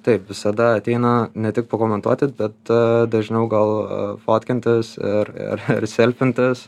taip visada ateina ne tik pakomentuoti bet dažniau gal fotkintis ir ir ir selfintis